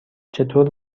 چطور